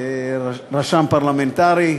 רשם פרלמנטרי,